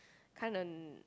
kind of